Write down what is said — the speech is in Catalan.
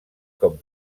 com